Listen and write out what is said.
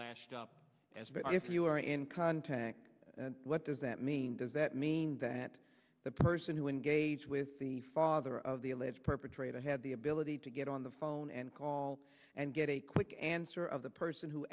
lashed up as if you were in contact and what does that mean does that mean that the person who engage with the father of the alleged perpetrator had the ability to get on the phone and call and get a quick answer of the person who